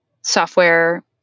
software